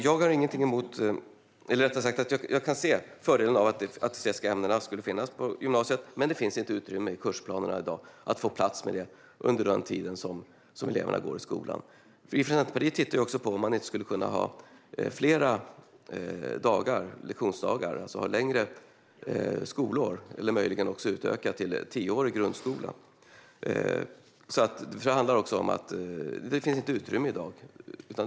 Jag kan se fördelen med att de estetiska ämnena skulle finnas på gymnasiet, men det finns i dag inte utrymme i kursplanerna för att få plats med dem under den tid då eleverna går i skolan. Vi från Centerpartiet tittar dock på om man skulle kunna ha fler lektionsdagar, det vill säga längre skolår, och möjligen även utöka till tioårig grundskola. Det handlar alltså om att det i dag inte finns utrymme.